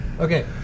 Okay